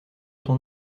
ton